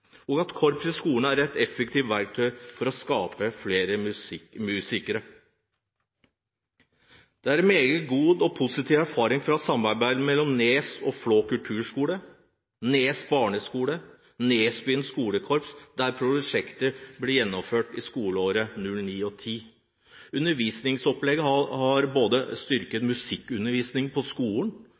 i skolene. «Korps i skolen» er også et effektivt verktøy for å skape flere musikere. Det er meget god og positiv erfaring fra et samarbeid mellom Nes og Flå kulturskole, Nes barneskole og Nesbyen skolekorps, der prosjektet ble gjennomført i skoleåret 2009/2010. Undervisningsopplegget har både styrket musikkundervisningen på skolen